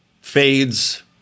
fades